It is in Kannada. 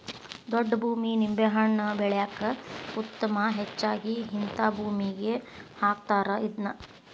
ಗೊಡ್ಡ ಭೂಮಿ ನಿಂಬೆಹಣ್ಣ ಬೆಳ್ಯಾಕ ಉತ್ತಮ ಹೆಚ್ಚಾಗಿ ಹಿಂತಾ ಭೂಮಿಗೆ ಹಾಕತಾರ ಇದ್ನಾ